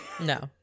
No